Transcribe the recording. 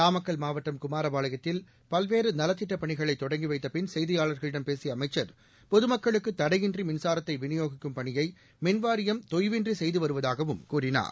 நாமக்கல் மாவட்டம் குமாரபாளையத்தில் பல்வேறு நலத்திட்டப் பணிகளை தொடங்கிவைத்த பின் செய்தியாளர்களிடம் பேசிய அமைச்சர் பொதுமக்களுக்கு தடையின்றி மின்சாரத்தை விநியோகிக்கும் பணியை மின்வாரியம் தொய்வின்றி செய்து வருவதாகவும் கூறினார்